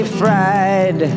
fried